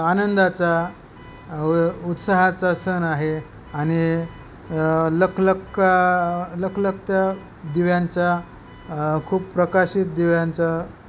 आनंदाचा उत्साहाचा सण आहे आणि लखलख लखलखत्या दिव्यांचा खूप प्रकाशित दिव्यांचा